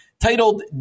titled